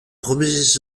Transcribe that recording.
premiers